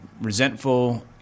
resentful